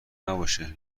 نباشه